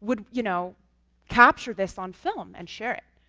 would you know capture this on film and share it!